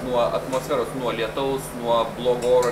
nuo atmosferos nuo lietaus nuo blogo oro